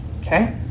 Okay